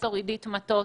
פרופסור עידית מטות.